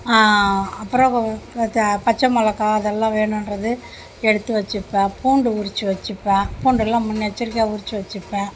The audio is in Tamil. அப்புறோம் க த பச்சைமொளகா அதெல்லாம் வேணுன்றது எடுத்து வச்சிப்பேன் பூண்டு உறிச்சு வச்சிப்பேன் பூண்டுலாம் முன்னெச்சரிக்கையாக உறிச்சு வச்சிப்பேன்